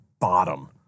bottom